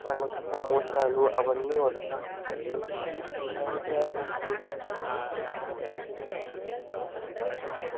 మనకి సమోసాలు అవన్నీ వస్తూ ఉంటాయి రైలు ప్రయాణం చేస్తూ మనం అవి కొనుక్కోవచ్చు ఇంకా